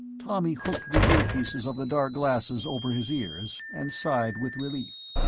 tommy hooked the earpieces of the dark glasses over his ears, and sighed with relief.